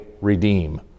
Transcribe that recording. redeem